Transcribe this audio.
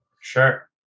Sure